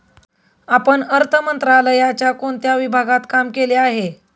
आपण अर्थ मंत्रालयाच्या कोणत्या विभागात काम केले आहे?